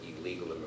illegal